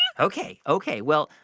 ok, ok, well,